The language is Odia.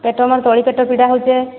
ପେଟ ମୋର୍ ତଳି ପେଟ ପୀଡ଼ା ହଉଚେ